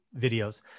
videos